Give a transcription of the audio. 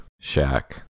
shack